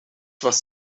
was